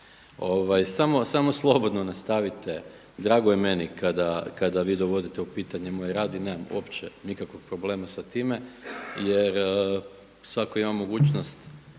Samo slobodno nastavite. Drago je meni kada vi dovodite u pitanje moj rad i nemam uopće nikakvog problema sa time jer svatko ima mogućnost